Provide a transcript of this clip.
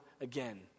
again